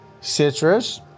citrus